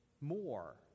more